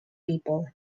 people